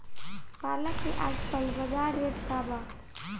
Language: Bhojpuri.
पालक के आजकल बजार रेट का बा?